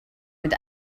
mit